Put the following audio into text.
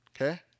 Okay